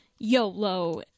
YOLO